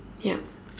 yup